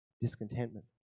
Discontentment